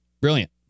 brilliant